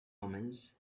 omens